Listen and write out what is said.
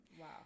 Wow